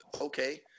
okay